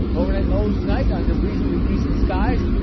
overnight lows tonight under reasonably decent skies,